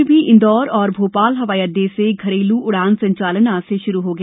प्रदेश में भी इंदौर और भोपाल हवाई अड्डे से घरेलू उड़ान संचालन आज से शुरू हो गया